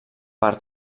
per